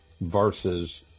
versus